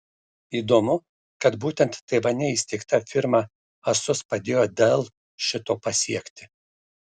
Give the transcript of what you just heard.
įdomu kad būtent taivane įsteigta firma asus padėjo dell šito pasiekti